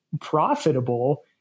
profitable